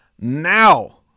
Now